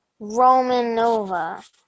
Romanova